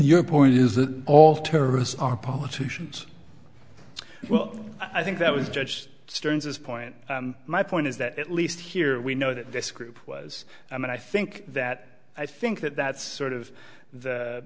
your point is that all terrorists are politicians well i think that was judge stone's this point my point is that at least here we know that this group was and i think that i think that that's sort of